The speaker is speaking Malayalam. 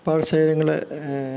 പാടശേഖരങ്ങള്